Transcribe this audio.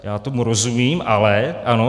Já tomu rozumím, ale ano...